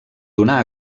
donar